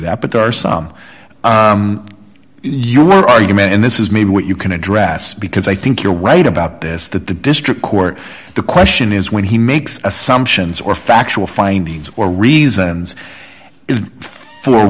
that but there are some your argument and this is maybe what you can address because i think you're right about this that the district court the question is when he makes assumptions or factual findings or reasons for